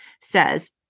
says